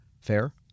Fair